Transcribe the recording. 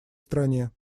стране